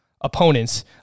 opponents